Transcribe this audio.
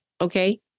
Okay